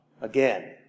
again